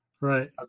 Right